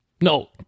no